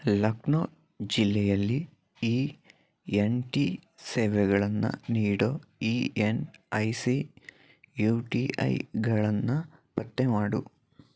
ಲಖ್ನೌ ಜಿಲ್ಲೆಯಲ್ಲಿ E N T ಸೇವೆಗಳನ್ನು ನೀಡೋ E N I C U T ಐಗಳನ್ನು ಪತ್ತೆ ಮಾಡು